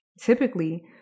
Typically